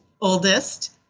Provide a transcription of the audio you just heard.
oldest